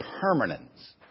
permanence